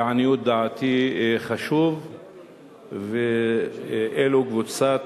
לעניות דעתי, וזו קבוצת